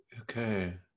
okay